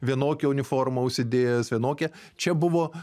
vienokią uniformą užsidėjęs vienokią čia buvo